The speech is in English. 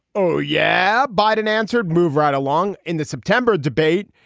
oh, yeah. biden answered. move right along in the september debate.